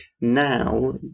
Now